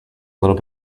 little